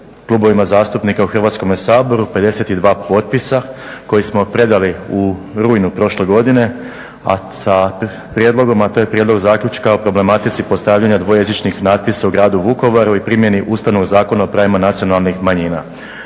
klubovima zastupnika u Hrvatskome saboru, 52 potpisa koji smo predali u rujnu prošle godine, a sa prijedlogom, a to je Prijedlog zaključka o problematici postavljanja dvojezičnih natpisa u gradu Vukovaru i primjeni Ustavnog zakona o pravima nacionalnih manjina.